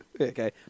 Okay